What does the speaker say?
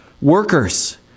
Workers